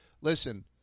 listen